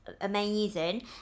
amazing